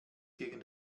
gegen